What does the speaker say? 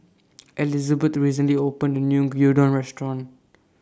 Elizbeth recently opened A New Gyudon Restaurant